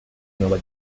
nueva